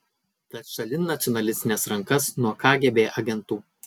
tad šalin nacionalistines rankas nuo kgb agentų